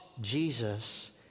Jesus